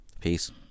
Peace